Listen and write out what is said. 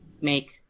make